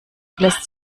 lässt